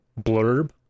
blurb